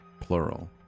Plural